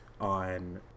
on